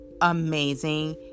amazing